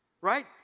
Right